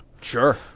Sure